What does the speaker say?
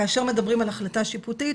כאשר מדברים על החלטה שיפוטית,